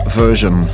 version